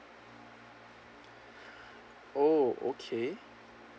oh okay